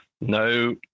no